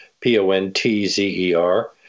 P-O-N-T-Z-E-R